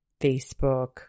Facebook